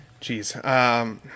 Jeez